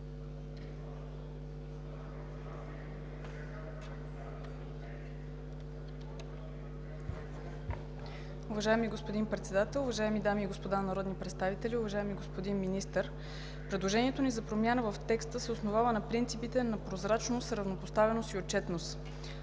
Предложението ни за промяна в текста се основава на принципите на прозрачност, равнопоставеност и отчетност.